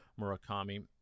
Murakami